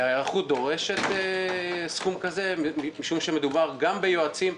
ההיערכות דורשת סכום כזה משום שמדובר גם ביועצים.